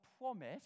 promise